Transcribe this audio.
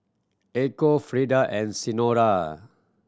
Echo Freida and Senora